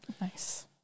Nice